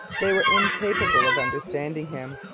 they were incapable of understanding him.